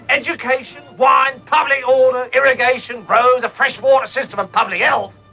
education, wine, public order, irrigation, roads, the fresh water system and public health,